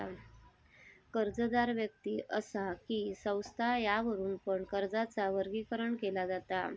कर्जदार व्यक्ति असा कि संस्था यावरुन पण कर्जाचा वर्गीकरण केला जाता